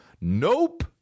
Nope